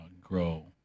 grow